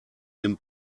dem